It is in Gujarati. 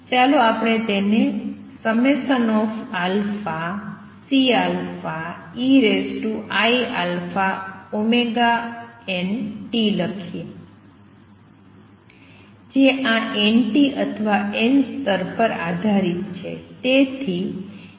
ચાલો આપણે તેને Ceiαωnt લખીએ જે આ nt અથવા n સ્તર પર આધારીત છે